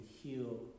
heal